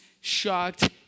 shocked